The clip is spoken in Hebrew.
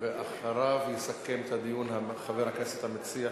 ואחריו יסכם את הדיון חבר הכנסת המציע,